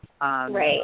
right